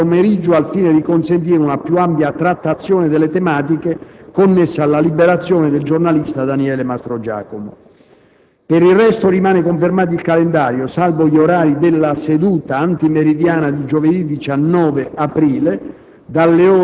per oggi pomeriggio, al fine di consentire una più ampia trattazione delle tematiche connesse alla liberazione del giornalista Daniele Mastrogiacomo. Per il resto rimane confermato il calendario, salvo gli orari della seduta antimeridiana di giovedì 19 aprile